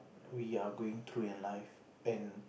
we are going through in life and